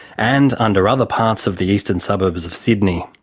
and under other parts of the eastern suburbs of sydney.